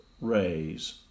rays